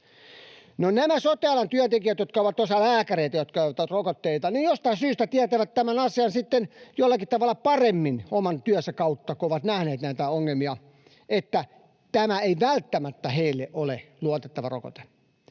nämä sote-alan työntekijät, joista on osa lääkäreitä, jotka eivät ota rokotteita, jostain syystä tietävät tämän asian sitten jollakin tavalla paremmin oman työnsä kautta, kun ovat nähneet näitä ongelmia, että tämä ei välttämättä heille ole luotettava rokote.